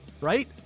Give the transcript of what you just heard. right